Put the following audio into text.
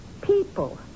people